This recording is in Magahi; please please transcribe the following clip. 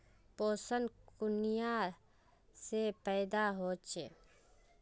पोषण कुनियाँ से पैदा होचे?